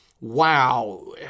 wow